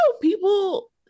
people